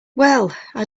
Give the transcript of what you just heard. well—i